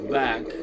back